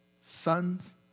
sons